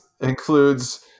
Includes